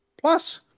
Plus